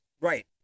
Right